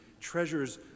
Treasures